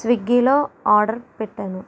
స్విగ్గిలో order పెట్టాను